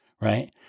right